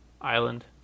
island